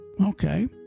Okay